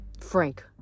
Frank